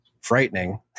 frightening